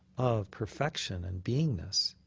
of perfection and beingness.